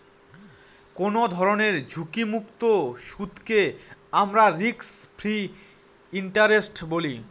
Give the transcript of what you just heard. কোনো ধরনের ঝুঁকিমুক্ত সুদকে আমরা রিস্ক ফ্রি ইন্টারেস্ট বলি